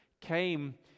came